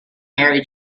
mary